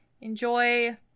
enjoy